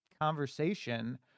conversation